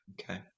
Okay